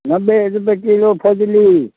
नब्बे रुपैए किलो फैजली